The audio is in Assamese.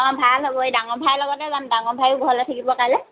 অ ভাল হ'ব এই ডাঙৰ ভাইৰ লগতে যাম ডাঙৰ ভায়ো ঘৰতে থাকিব কাইলৈ